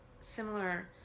similar